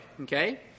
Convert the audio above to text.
okay